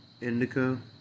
indica